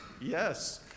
Yes